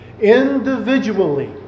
individually